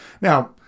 Now